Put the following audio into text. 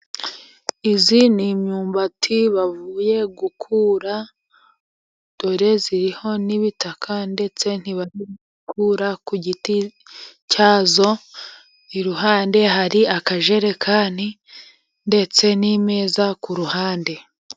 Iyi ni imyumbati bavuye gukura, dore iriho n'ibitaka, ndetse nibayikura ku giti cyayo, iruhande hari akajerekani, ndetse n'imeza ku ruhande.